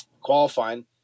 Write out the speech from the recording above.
qualifying